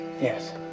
Yes